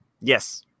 Yes